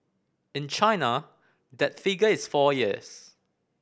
in China that figure is four years